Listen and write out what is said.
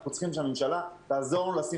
אנחנו צריכים שהממשלה גם תעזור לנו לשים